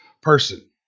person